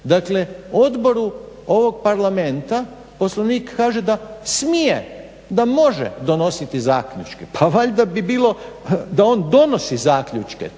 Dakle odboru ovog parlamenta Poslovnik kaže da smije, da može donositi zaključke. Pa valjda bi bilo da on donosi zaključke,